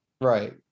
right